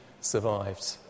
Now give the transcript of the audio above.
survived